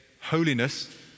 holiness